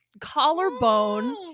collarbone